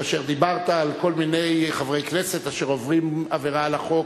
כאשר דיברת על כל מיני חברי כנסת אשר עוברים עבירה על החוק,